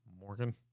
Morgan